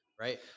Right